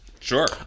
Sure